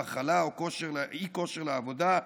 מחלה או אי-כושר לעבודה,